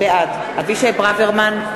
בעד אבישי ברוורמן,